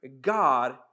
God